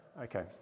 Okay